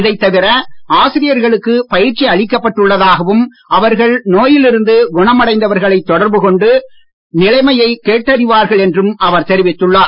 இதைத் தவிர ஆசிரியர்களுக்கு பயிற்சி அளிக்கப்பட்டு உள்ளதாகவும் அவர்கள் நோயில் இருந்து குணமடைந்தவர்களை தொடர்பு கொண்டு நிலைமையைக் கேட்டறிவார்கள் என்றும் அவர் தெரிவித்துள்ளார்